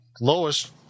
Lois